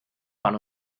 run